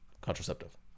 contraceptive